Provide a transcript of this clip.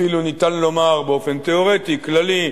אפילו ניתן לומר באופן תיאורטי, כללי,